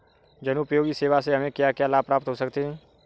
जनोपयोगी सेवा से हमें क्या क्या लाभ प्राप्त हो सकते हैं?